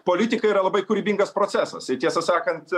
politika yra labai kūrybingas procesas ir tiesą sakant